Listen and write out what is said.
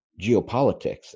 geopolitics